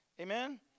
Amen